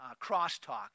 crosstalk